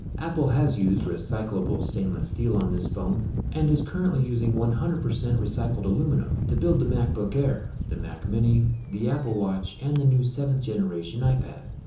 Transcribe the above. apple has used recyclable stainless steel on this phone and is currently using one hundred percent recycled aluminum to build the macbook air, the mac mini, the apple watch, and the new seventh generation ipad,